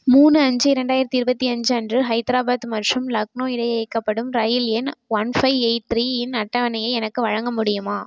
மூணு அஞ்சு ரெண்டாயிரத்தி இருபத்தி அஞ்சு அன்று ஹைதராபாத் மற்றும் லக்னோ இடையே இயக்கப்படும் இரயில் எண் ஒன் ஃபைவ் எயிட் த்ரீ இன் அட்டவணையை எனக்கு வழங்க முடியுமா